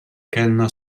kellna